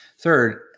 Third